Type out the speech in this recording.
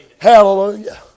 Hallelujah